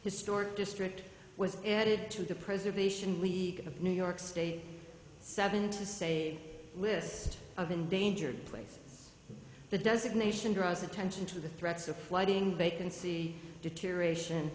historic district was added to the preservation of new york state seven to say list of endangered places the designation draws attention to the threats of flooding vacancy deterioration